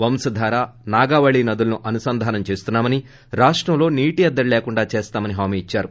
వంశధార నాగావళి నదులను అనుసంధానం చేస్తున్నా మని రాష్టంలో నీటి ఎద్దడి లేకుండా చేస్తామని హామీ ఇద్సారు